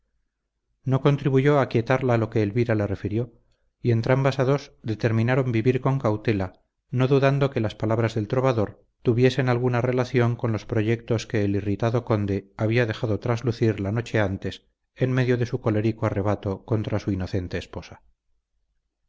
no contribuyó a aquietarla lo que elvira le refirió y entrambas a dos determinaron vivir con cautela no dudando que las palabras del trovador tuviesen alguna relación con los proyectos que el irritado conde había dejado traslucir la noche antes en medio de su colérico arrebato contra su inocente esposa